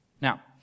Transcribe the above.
Now